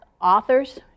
authors